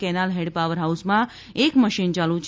canal head power હાઉસમાં એક machine ચાલુ છે